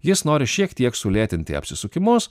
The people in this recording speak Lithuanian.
jis nori šiek tiek sulėtinti apsisukimus